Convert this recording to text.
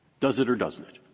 does it or doesn't it?